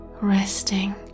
resting